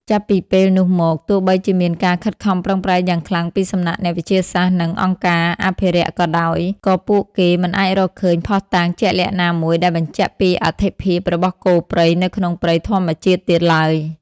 ចាប់ពីពេលនោះមក ទោះបីជាមានការខិតខំប្រឹងប្រែងយ៉ាងខ្លាំងពីសំណាក់អ្នកវិទ្យាសាស្ត្រ និងអង្គការអភិរក្សក៏ដោយ ក៏ពួកគេមិនអាចរកឃើញភស្តុតាងជាក់លាក់ណាមួយដែលបញ្ជាក់ពីអត្ថិភាពរបស់គោព្រៃនៅក្នុងព្រៃធម្មជាតិទៀតឡើយ។